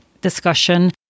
discussion